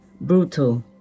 brutal